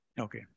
Okay